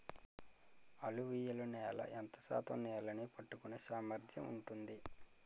అలువియలు నేల ఎంత శాతం నీళ్ళని పట్టుకొనే సామర్థ్యం ఉంటుంది?